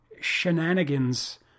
shenanigans